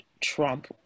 Trump